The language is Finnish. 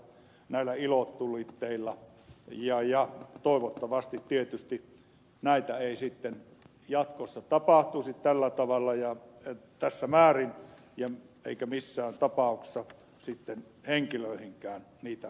no älä ilotulitaterilla ja ja toivottavasti tietysti näitä ei sitten jatkossa tapahtuisi tällä tavalla ja tässä määrin eikä missään tapauksessa henkilöihinkään niitä kohdennettaisi